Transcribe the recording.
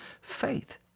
faith